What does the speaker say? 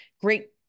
great